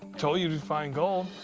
told you we'd find gold.